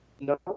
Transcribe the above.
No